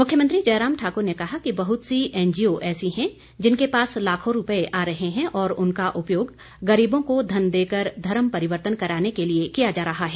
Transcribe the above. मुख्यमंत्री जयराम ठाकुर ने कहा कि बहुत सी एनजीओ ऐसी हैं जिनके पास लाखों रुपए आ रहे हैं और उनका उपयोग गरीबों को धन देकर धर्म परिवर्तन कराने के लिए किया जा रहा है